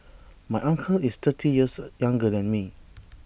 my uncle is thirty years younger than me